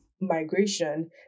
migration